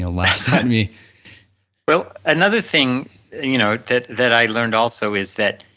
know laughs at me well, another thing you know that that i learned also is that,